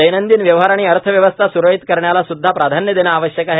दैनंदिन व्यवहार आणि अर्थव्यवस्था सुरळीत करण्याला सुदधा प्राधान्य देणं आवश्यक आहे